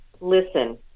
Listen